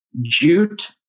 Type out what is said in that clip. jute